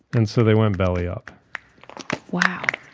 and so, they went belly up wow